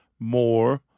more